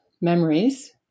memories